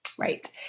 Right